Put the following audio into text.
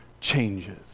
changes